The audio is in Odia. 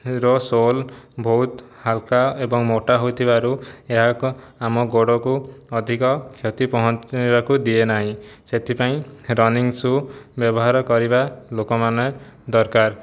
ରୋ ସୋଲ୍ ବହୁତ ହାଲ୍କା ଏବଂ ମୋଟା ହୋଇଥିବାରୁ ଏହା ଏକ ଆମ ଗୋଡ଼କୁ ଅଧିକ କ୍ଷତି ପହଞ୍ଚାଇବାକୁ ଦିଏନାହିଁ ସେଥିପାଇଁ ରନିଙ୍ଗ ସୁ ବ୍ୟବହାର କରିବା ଲୋକମାନେ ଦରକାର